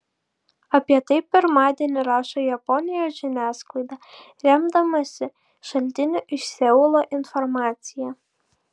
apie tai pirmadienį rašo japonijos žiniasklaida remdamasi šaltinių iš seulo informacija